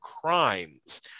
crimes